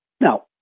now